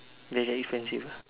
very expensive ah